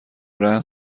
رهن